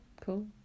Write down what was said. cool